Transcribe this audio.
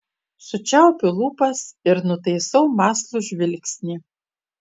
sučiaupiu lūpas ir nutaisau mąslų žvilgsnį